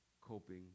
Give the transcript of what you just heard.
coping